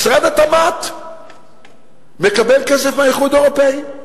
משרד התמ"ת מקבל כסף מהאיחוד האירופי,